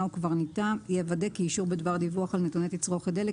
או קברניטה יוודא כי אישור בדבר דיווח על נתוני תצרוכת דלק